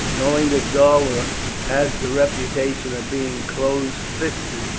knowing that galba has the reputation of being close fisted,